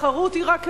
תחרות היא רק אמצעי,